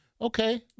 Okay